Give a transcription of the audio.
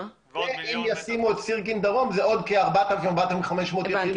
ואם ישימו את סירקין דרום זה עוד כ-4,500 יחידות.